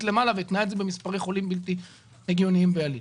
למעלה והתנה את זה במספרי חולים בלתי הגיוניים בעליל.